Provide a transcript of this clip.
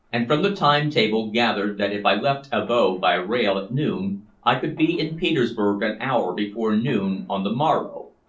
and from the time-table gathered that if i left abo by rail at noon i could be in petersburg an hour before noon on the morrow,